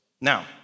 Now